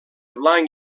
blanc